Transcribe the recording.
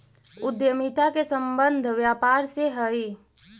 उद्यमिता के संबंध व्यापार से हई